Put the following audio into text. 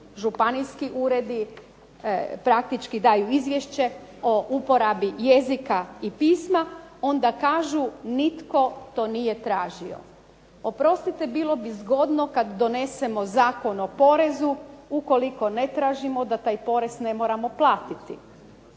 županijski uredi praktički daju izvješće o uporabi jezika i pisma, onda kažu nitko to nije tražio. Oprostite, bilo bi zgodno kada donesemo Zakon o porezu ukoliko ne tražimo da taj porez ne moramo platiti,